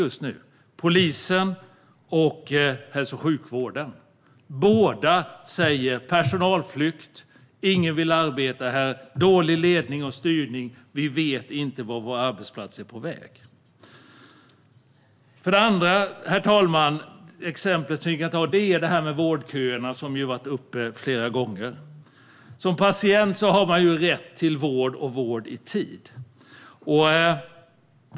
Det är polisen och hälso och sjukvården. Båda talar om personalflykt, att ingen vill arbeta där, att det är dålig ledning och styrning och att de inte vet vart arbetsplatsen är på väg. Herr talman! Det andra exemplet är vårdköerna. Den frågan har diskuterats flera gånger. En patient har rätt till vård i tid.